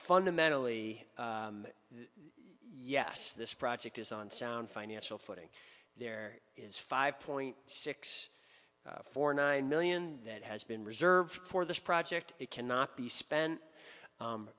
fundamentally yes this project is on sound financial footing there is five point six four nine million that has been reserved for this project it cannot be spent